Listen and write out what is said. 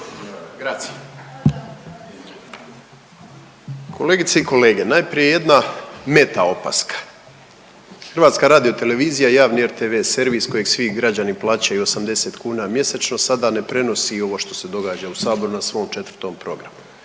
Kolegice i kolege, najprije jedna meta opaska, HRT i javni RTV servis kojeg svi građani plaćaju 80 kuna mjesečno sada ne prenosi ovo što se događa u saboru na svom 4. programu,